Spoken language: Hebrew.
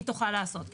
היא תוכל לעשות כן.